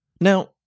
Now